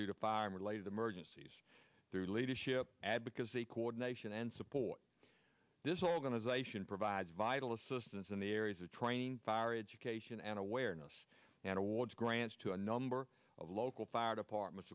due to fire related emergencies through leadership advocacy coordination and support this organization provides vital assistance in the areas of training fire education and awareness and awards grants to a number of local fire departments